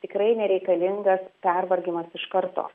tikrai nereikalingas pervargimas iš karto